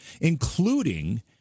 including